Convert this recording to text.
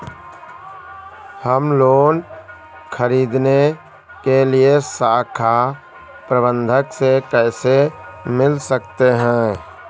हम लोन ख़रीदने के लिए शाखा प्रबंधक से कैसे मिल सकते हैं?